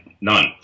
none